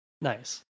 Nice